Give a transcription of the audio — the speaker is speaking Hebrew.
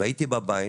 והייתי בבית